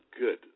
good